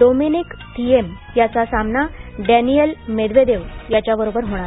Dominic Thiem याचा सामना Daniil Medvedev याच्याबरोबर होणार